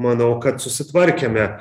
manau kad susitvarkėme